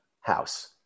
house